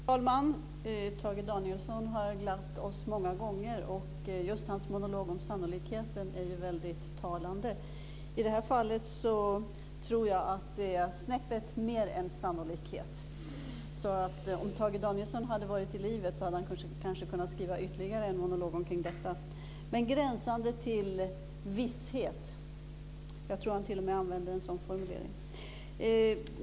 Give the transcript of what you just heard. Fru talman! Tage Danielsson har glatt oss många gånger. Just hans monolog om sannolikheten är väldigt talande. I det här fallet tror jag att det är snäppet mer än sannolikhet. Om Tage Danielsson hade varit i livet hade han kanske kunnat skriva ytterligare en monolog omkring detta. Det är gränsande till visshet. Jag tror t.o.m. att han använde en sådan formulering.